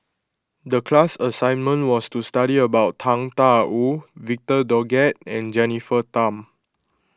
the class assignment was to study about Tang Da Wu Victor Doggett and Jennifer Tham